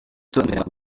tonnerre